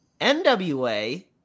NWA